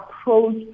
approach